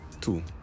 two